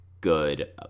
Good